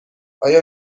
آیا